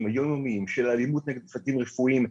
היום-יומיים של אלימות נגד צוותים רפואיים,